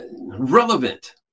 relevant